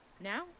Now